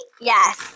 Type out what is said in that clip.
Yes